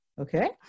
Okay